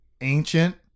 ancient